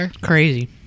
Crazy